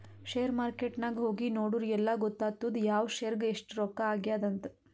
share market ನಾಗ್ ಹೋಗಿ ನೋಡುರ್ ಎಲ್ಲಾ ಗೊತ್ತಾತ್ತುದ್ ಯಾವ್ ಶೇರ್ಗ್ ಎಸ್ಟ್ ರೊಕ್ಕಾ ಆಗ್ಯಾದ್ ಅಂತ್